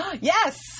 yes